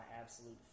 absolute